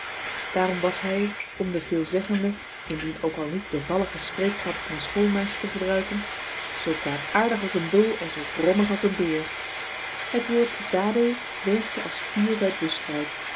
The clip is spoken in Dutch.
daarom was hij om den veelzeggenden indien ook al niet bevalligen spreektrant van een schoolmeisje te gebruiken zoo kwaadaardig als een bul en zoo brommig als een beer het woord dadel werkte als vuur bij buskruit